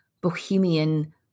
bohemian